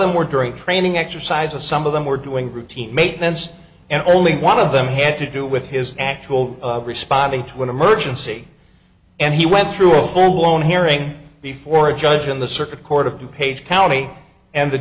them were during training exercises some of them were doing routine maintenance and only one of them had to do with his actual responding to an emergency and he went through a full blown hearing before a judge in the circuit court of page county and the